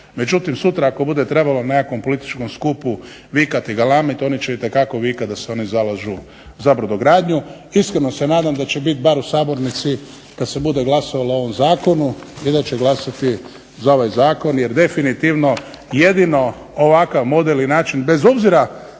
Međutim sutra ako bude trebalo na nekakvom političkom skupu vikati, galamiti, oni će itekako vikati da se oni zalažu za brodogradnju. Iskreno se nadam da će biti bar u sabornici kad se bude glasovalo o ovom zakonu i da će glasati za ovaj zakon jer definitivno jedino ovakav model i način, bez obzira